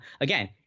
Again